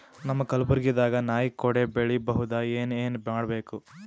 ನಮ್ಮ ಕಲಬುರ್ಗಿ ದಾಗ ನಾಯಿ ಕೊಡೆ ಬೆಳಿ ಬಹುದಾ, ಏನ ಏನ್ ಮಾಡಬೇಕು?